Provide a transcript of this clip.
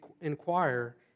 inquire